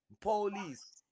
police